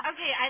Okay